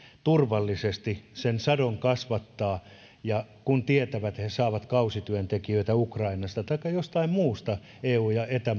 turvallisesti sen sadon kasvattaa kun tietävät että he saavat kausityöntekijöitä ukrainasta taikka jostain muualta eun ja eta